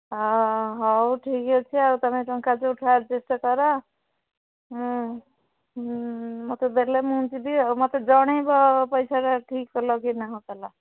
ହଉ ଠିକ୍ ଅଛି ଆଉ ତୁମେ ଟଙ୍କା ଯେଉଁଠୁ ଆଡ଼ଜଷ୍ଟ କର ମୋତେ ଦେଲେ ମୁଁ ଯିବି ଆଉ ମୋତେ ଜଣାଇବ ପଇସା ଟା ଠିକ୍ କଲ କି ନ କଲ